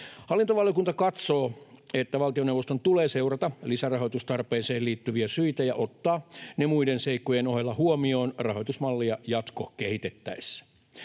Hallintovaliokunta katsoo, että valtioneuvoston tulee seurata lisärahoitustarpeeseen liittyviä syitä ja ottaa ne muiden seikkojen ohella huomioon rahoitusmallia jatkokehitettäessä.